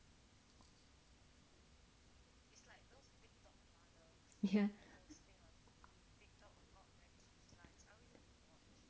ya